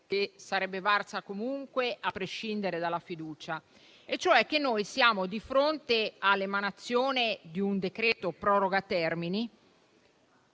che sarebbe valsa comunque, a prescindere dalla fiducia; noi siamo di fronte all’emanazione di un decreto-legge proroga termini